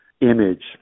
image